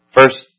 First